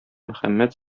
мөхәммәд